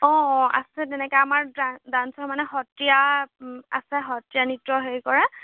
অঁ অঁ আছে যেনেকে আমাৰ ডান্সৰ মানে সত্ৰীয়া আছে সত্ৰীয়া নৃত্য হেৰি কৰা